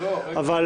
אבל